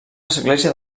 església